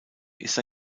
ist